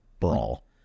Brawl